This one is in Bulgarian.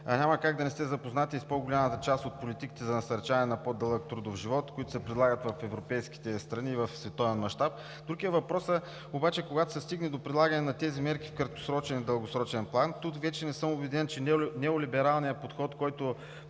Няма как да не сте запознати и с по-голямата част от политиките за насърчаване на по-дълъг трудов живот, които се прилагат в европейските страни и в световен мащаб. Друг е въпросът обаче, когато се стигне до прилагане на тези мерки в краткосрочен и дългосрочен план. Тук вече не съм убеден, че неолибералният подход, който